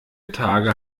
tage